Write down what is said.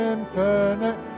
Infinite